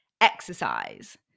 exercise